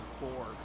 four